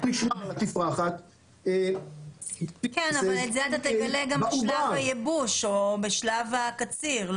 --- את זה אתה תגלה גם בשלב הייבוש או בשלב הקציר,